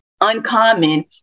uncommon